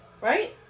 Right